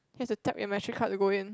has to tap your matric card to go in